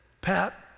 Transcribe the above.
Pat